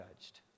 judged